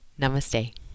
Namaste